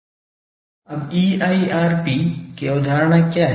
अब EIRP की अवधारणा क्या है